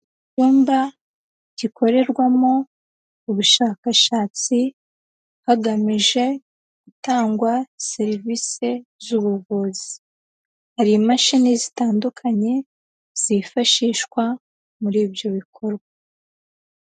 Icyumba gikorerwamo ubushakashatsi, hagamije gutangwa serivisi zubuvuzi, hari imashini zitandukanye, zifashishwa muri ibyo bikorwa.